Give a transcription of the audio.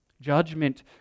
Judgment